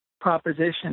proposition